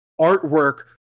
artwork